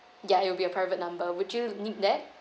ya it will be a private number would you need that